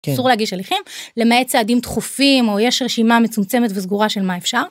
אסור להגיש הליכים למעט סעדים דחופים או יש רשימה מצומצמת וסגורה של מה אפשר.